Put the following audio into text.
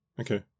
Okay